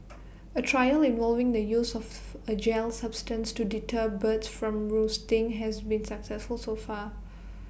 A trial involving the use of A gel substance to deter birds from roosting has been successful so far